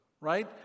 Right